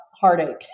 heartache